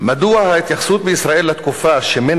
"מדוע ההתייחסות בישראל לתקופה שמן